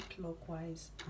clockwise